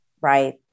right